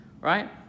Right